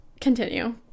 continue